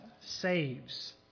saves